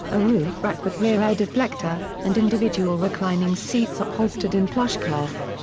a roof rack with rear air deflector, and individual reclining seats upholstered in plush cloth.